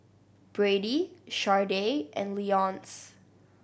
Brady Sharday and Leonce